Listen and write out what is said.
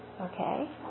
Okay